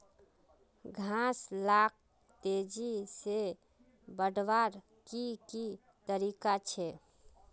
घास लाक तेजी से बढ़वार की की तरीका छे?